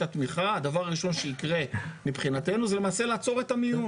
הדבר הראשון שיקרה זה שנעצור את המיון